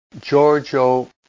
Giorgio